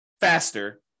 faster